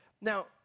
Now